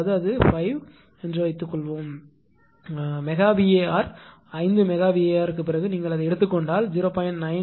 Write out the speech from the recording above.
அதாவது அது 5 என்று வைத்துக்கொள்வோம் மெகா VAr 5 மெகா VAr பிறகு நீங்கள் அதை எடுத்துக் கொண்டால் 0